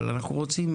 אבל אנחנו רוצים